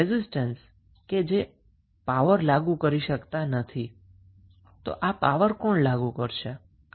resistance power supply કરી શકતા ન હોવાથી આ પાવર કોણ સપ્લાય કરશે